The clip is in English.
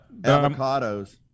avocados